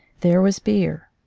there was beer.